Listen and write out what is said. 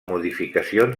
modificacions